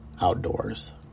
outdoors